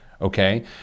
Okay